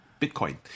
Bitcoin